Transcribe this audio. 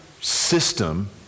system